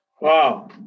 Wow